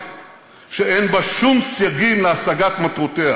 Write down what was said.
שאין בה שום סייגים להשגת מטרותיה,